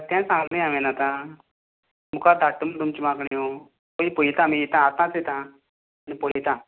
तेंच सांगले न्ही हांवें आतां मुखार धाडटा म्हूण तुमच्यो मागण्यो पयलीं पळयता येता आतांच येता आनी पळयता